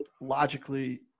logically